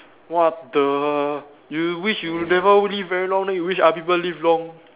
what the you wish you never live very long then you wish other people live long